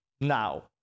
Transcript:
now